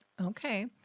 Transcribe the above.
Okay